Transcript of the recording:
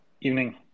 Evening